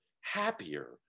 happier